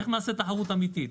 איך נעשה ככה תחרות אמיתית?